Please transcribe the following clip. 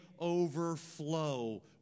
overflow